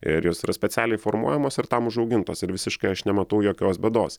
ir jos yra specialiai formuojamos ir tam užaugintos ir visiškai aš nematau jokios bėdos